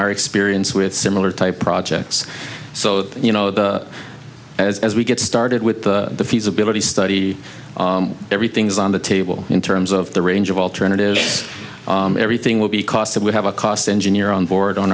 our experience with similar type projects so that you know the as we get started with the feasibility study everything's on the table in terms of the range of alternatives everything will be costs that we have a cost engineer on board on